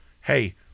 hey